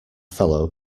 fellow